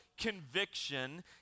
conviction